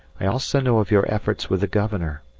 i also know of your efforts with the governor.